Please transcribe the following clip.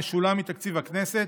המשולם מתקציב הכנסת,